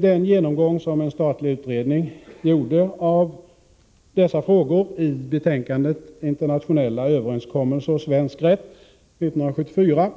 Den genomgång som en statlig utredning gjorde i dessa frågor i betänkandet Internationella överenskommelser och svensk rätt 1974